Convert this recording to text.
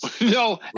no